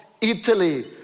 Italy